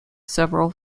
several